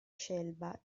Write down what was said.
scelba